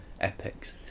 epics